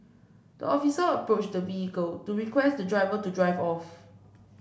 the officer approached the vehicle to request the driver to drive off